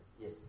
Yes